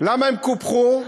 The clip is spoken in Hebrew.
למה הם קופחו?